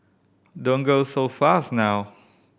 don't go so fast now